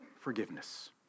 forgiveness